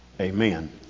Amen